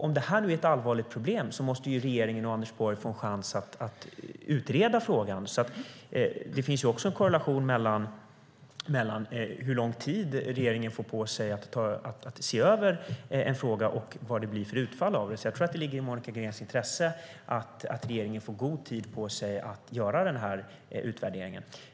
Om detta nu är ett allvarligt problem måste ju regeringen och Anders Borg få en chans att utreda frågan, och det finns en korrelation mellan hur lång tid regeringen får på sig att se över en fråga och vad det blir för utfall av det. Jag tror alltså att det ligger i Monica Greens intresse att regeringen får god tid på sig att göra utvärderingen.